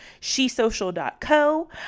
SheSocial.co